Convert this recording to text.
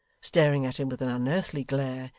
staring at him with an unearthly glare,